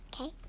Okay